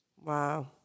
Wow